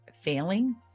failing